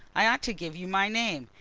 i ought to give you my name.